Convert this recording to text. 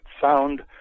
Sound